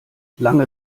lange